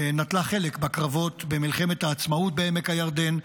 היא נטלה חלק בקרבות במלחמת העצמאות בעמק הירדן.